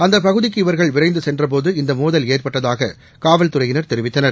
அந்தபகுதிக்கு இவர்கள் விரைந்தசென்றபோது இந்தமோதல் ஏற்பட்டதாககாவல்துறையினர் தெரிவித்தனர்